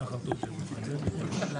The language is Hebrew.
שחר תורג'מן רוצה לשמוע אותו?